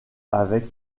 avec